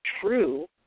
true